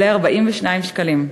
עולה 42 שקלים.